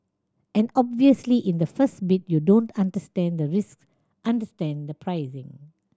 and obviously in the first bid you don't understand the risk understand the pricing